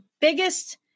biggest